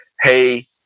hey